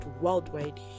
worldwide